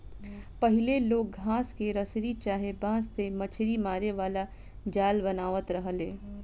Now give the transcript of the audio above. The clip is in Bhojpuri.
पहिले लोग घास के रसरी चाहे बांस से मछरी मारे वाला जाल बनावत रहले